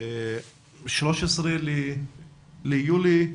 13 ביולי,